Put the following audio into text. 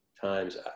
times